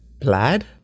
Plaid